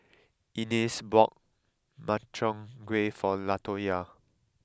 Inez bought Makchang Gui for Latoyia